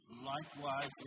likewise